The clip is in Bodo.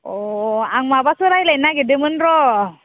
अ आं माबासो रायज्लायनो नागेरदोंमोन र'